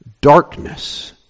Darkness